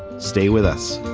stay with us